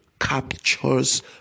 captures